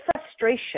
frustration